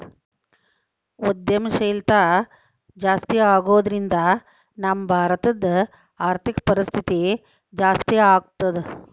ಉದ್ಯಂಶೇಲ್ತಾ ಜಾಸ್ತಿಆಗೊದ್ರಿಂದಾ ನಮ್ಮ ಭಾರತದ್ ಆರ್ಥಿಕ ಪರಿಸ್ಥಿತಿ ಜಾಸ್ತೇಆಗ್ತದ